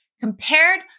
compared